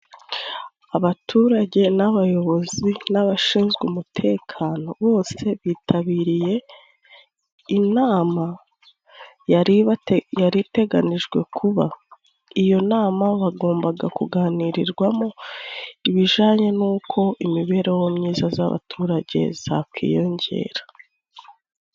Abaturage n'abayobozi n'abashinzwe umutekano bose bitabiriye inama yaribate yari iteganijwe kuba, iyo nama bagombaga kuganirirwamo ibijanye n'uko imibereho myiza z'abaturage zakwiyongera.